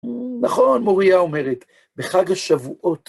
נכון, מוריה אומרת, בחג השבועות.